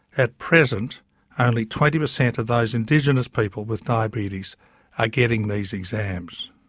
at present only twenty percent of those indigenous people with diabetes are getting these exams.